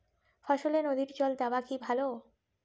ফসলে নদীর জল দেওয়া কি ভাল?